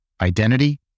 identity